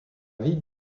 ville